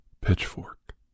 pitchfork